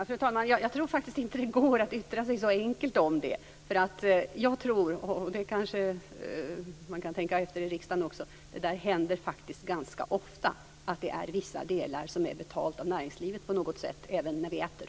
Fru talman! Jag tror inte att det går att yttra sig så enkelt om det. Det händer faktiskt ganska ofta att det är vissa delar som på något sätt betalas av näringslivet, även det som vi äter.